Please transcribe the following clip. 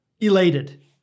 elated